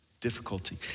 difficulty